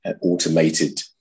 automated